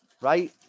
right